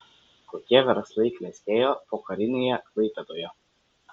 kokie verslai klestėjo pokarinėje klaipėdoje